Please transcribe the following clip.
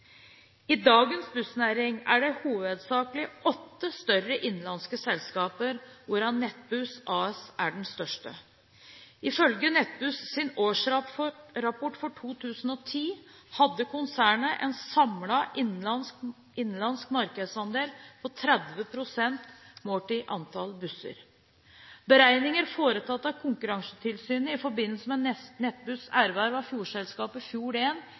I dagens bussnæring er det hovedsakelig åtte større innenlandske selskaper, hvor Nettbuss AS er det største. Ifølge årsrapporten til Nettbuss for 2010 hadde konsernet en samlet innenlandsk markedsandel på 30 pst., målt i antall busser. Beregninger foretatt av Konkurransetilsynet i forbindelse med Nettbuss’ erverv av selskapet Fjord1 i november 2011 viser at Nettbusskonsernet i dag også har en